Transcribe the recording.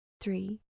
three